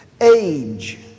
age